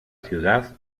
ciudad